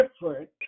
different